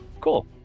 Cool